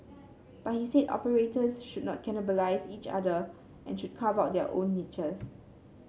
but he said operators should not cannibalise each other and should carve out their own niches